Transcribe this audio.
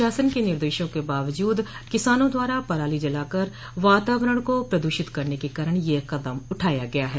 शासन के निर्देशों के बावजूद किसानों द्वारा पराली जलाकर वातावरण को प्रदूषित करने के कारण यह कदम उठाया गया है